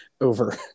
over